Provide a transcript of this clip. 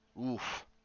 Oof